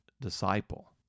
disciple